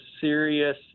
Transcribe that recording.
serious